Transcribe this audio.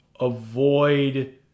avoid